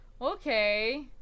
okay